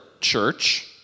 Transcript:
church